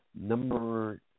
Number